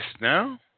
now